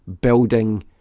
building